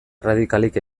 erradikalik